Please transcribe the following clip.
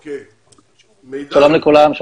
הנה אני רואה שכבר עולה הסרטון אז אני אדומם.